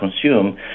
consume